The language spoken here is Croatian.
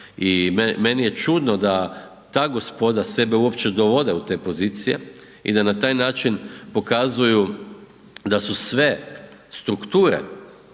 i meni je čudno da ta gospoda sebe uopće dovode u te pozicije i da na taj način pokazuju da su sve strukture,